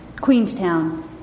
Queenstown